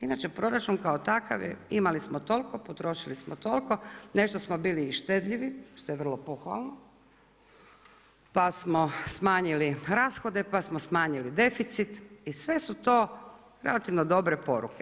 Inače proračun kao takav imali smo toliko, potrošili smo toliko, nešto smo bili i štedljivi što je vrlo pohvalno, pa smo smanjili rashode, pa smo smanjili deficit i sve su to relativno dobre poruke.